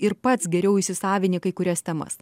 ir pats geriau įsisavini kai kurias temas